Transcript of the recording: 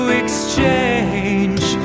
exchange